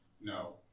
No